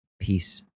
Peace